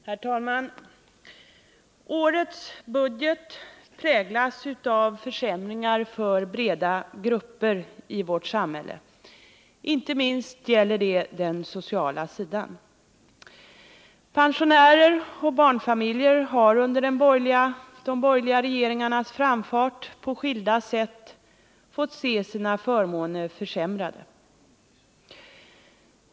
Herr talman! Årets budget präglas av försämringar för breda grupper i vårt samhälle. Inte minst gäller detta den sociala sidan. Pensionärer och barnfamiljer har under de borgerliga regeringarnas framfart på skilda sätt fått se sina förmåner försämrade.